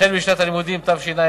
החל בשנת הלימודים התשע"א,